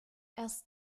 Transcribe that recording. erst